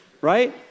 right